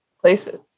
places